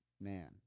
man